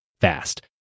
fast